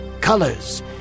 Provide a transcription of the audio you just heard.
Colors